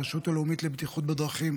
הרשות הלאומית לבטיחות בדרכים,